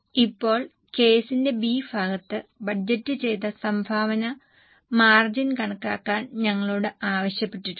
ഇപ്പോൾ കേസിന്റെ ബി ഭാഗത്ത് ബഡ്ജറ്റ് ചെയ്ത സംഭാവന മാർജിൻ കണക്കാക്കാൻ ഞങ്ങളോട് ആവശ്യപ്പെട്ടിട്ടുണ്ട്